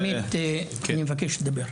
עמית, אני מבקש לדבר.